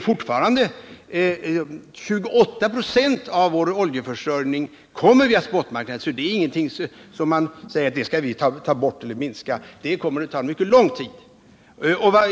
Fortfarande sker 28 96 av vår oljeförsörjning på spot-marknaden, så det är någonting som det kommer att ta mycket lång tid att få bort.